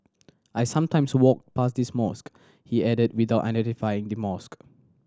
I sometimes walk past this mosque he added without identifying the mosque